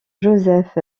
joseph